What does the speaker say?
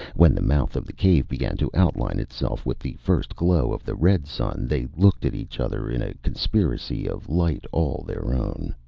when the mouth of the cave began to outline itself with the first glow of the red sun, they looked at each other in a conspiracy of light all their own.